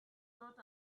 not